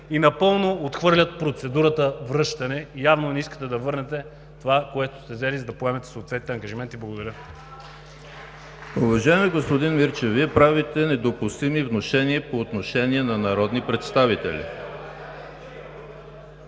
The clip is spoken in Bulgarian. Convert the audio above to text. и напълно отхвърлят процедурата „връщане“. Явно не искате да върнете това, което сте взели, за да поемете съответните ангажименти. Благодаря.